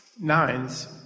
nines